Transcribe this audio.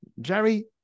Jerry